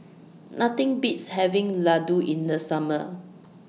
Nothing Beats having Ladoo in The Summer